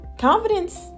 confidence